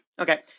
Okay